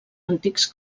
antics